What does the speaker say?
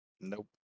Nope